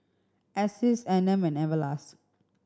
Asics Anmum and Everlast